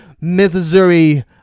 Missouri